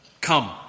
Come